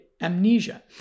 amnesia